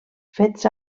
fets